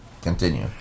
Continue